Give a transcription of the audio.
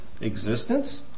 existence